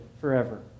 forever